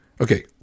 Okay